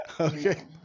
okay